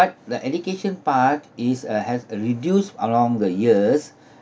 but the education part is uh has reduced along the years